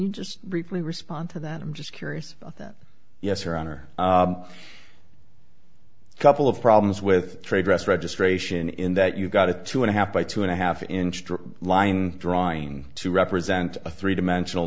you just briefly respond to that i'm just curious about that yes your honor couple of problems with trade dress registration in that you've got a two and a half by two and a half inch line drawing to represent a three dimensional